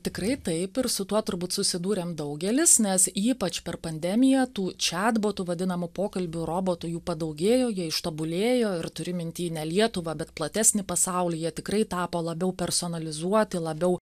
tikrai taip ir su tuo turbūt susidūrėm daugelis nes ypač per pandemiją tų čiatbotų vadinamų pokalbių robotų jų padaugėjo jie ištobulėjo ir turiu minty ne lietuvą bet platesnį pasaulį jie tikrai tapo labiau personalizuoti labiau